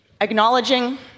Acknowledging